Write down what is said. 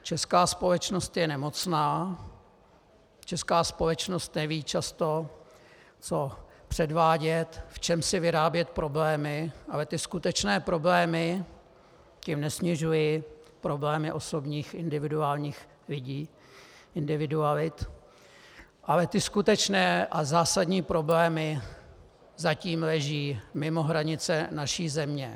Česká společnost je nemocná, česká společnost neví často, co předvádět, v čem si vyrábět problémy, ale ty skutečné problémy, tím nesnižuji problémy osobních individuálních lidí, individualit, ale ty skutečné a zásadní problémy zatím leží mimo hranice naší země.